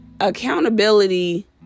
Accountability